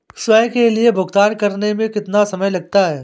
स्वयं के लिए भुगतान करने में कितना समय लगता है?